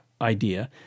idea